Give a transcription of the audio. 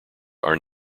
are